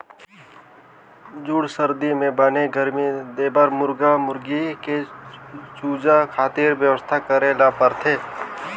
जूड़ सरदी म बने गरमी देबर मुरगा मुरगी के चूजा खातिर बेवस्था करे ल परथे